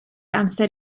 amser